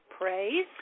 Praise